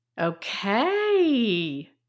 Okay